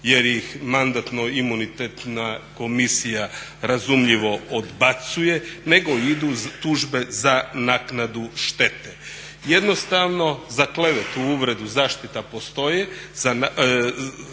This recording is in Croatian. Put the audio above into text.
jer ih Mandatno-imunitetna komisija razumljivo odbacuje nego ide tužbe za naknadu štete. Jednostavno za klevetu, uvredu zaštita postoji, za